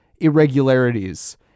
irregularities